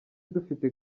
dufite